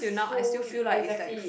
so exactly